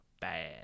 bad